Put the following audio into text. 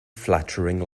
flattering